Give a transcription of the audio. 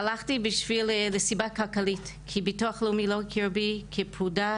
הלכתי מסיבה כלכלית כי ביטוח לאומי לא הכיר בי כפרודה,